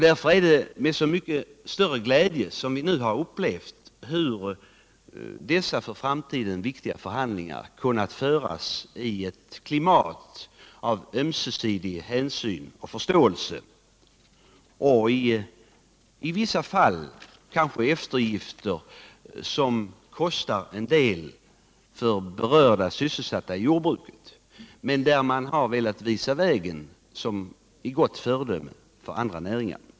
Därför är det med så mycket större glädje som vi har upplevt hur dessa för framtiden viktiga förhandlingar kunnat föras i ett klimat av ömsesidig hänsyn och förståelse och i vissa fall kanske även eftergifter som kostar en del för berörda människor sysselsatta i jordbruket, där man ändå har velat visa vägen som ett gott föredöme för andra näringar.